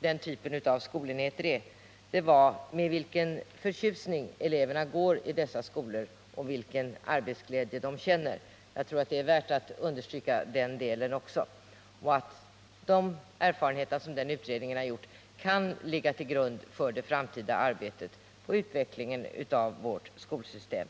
de små skolenheterna är — var att den visade med vilken förtjusning eleverna går i dessa skolor och vilken arbetsglädje de där känner. Jag tror att det är värt att understryka också detta och att de erfarenheter utredningen gjort kan ligga till grund för det framtida arbetet på utvecklingen av vårt skolsystem.